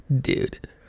Dude